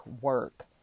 work